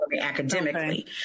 academically